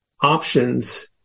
options